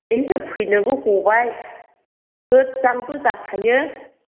बेनोसो फैनोबो गबाय गोजानबो जाखायो